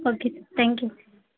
okay sir thank you